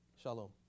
Shalom